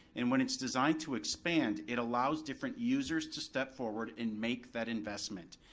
and when it's designed to expand, it allows different users to step forward and make that investment.